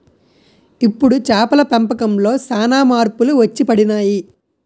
ఇప్పుడు చేపల పెంపకంలో సాన మార్పులు వచ్చిపడినాయి